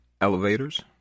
Elevators